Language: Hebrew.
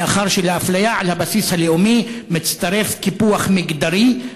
מאחר שלאפליה על הבסיס הלאומי מצטרף קיפוח מגדרי.